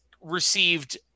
received